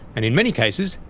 and in many cases,